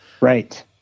Right